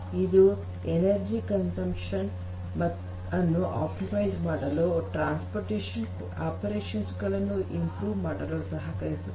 ಇದು energy consumption ಅನ್ನು optimise ಮಾಡಲು ಟ್ರಾನ್ಸ್ಪೋರ್ಟಷನ್ ಆಪರೇಷನ್ಸ್ ಗಳನ್ನು ಸುಧಾರಿಸಲು ಸಹಕರಿಸುತ್ತದೆ